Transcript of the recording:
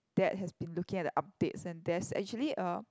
dad has been looking at the updates and there's actually a